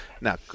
now